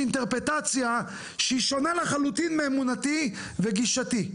אינטרפרטציה שהיא שונה לחלוטין מאמונתי וגישתי.